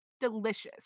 delicious